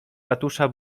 ratusza